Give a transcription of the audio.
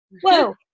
Whoa